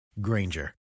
Granger